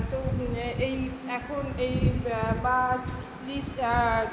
তো এই এখন এই ব্যা বাস রিক্সা